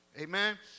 Amen